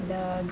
the